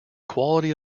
quality